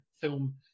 film